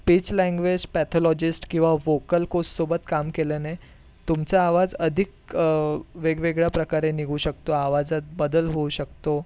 speech language pathologist किवा vocal coach सोबत काम केल्याने तुमचा आवाज अधिक वेगवेगळ्या प्रकारे निघू शकतो आवाजात बदल होऊ शकतो